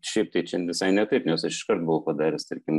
šiaip tai čia visai ne taip nes iškart buvau padaręs tarkim